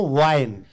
wine